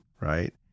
right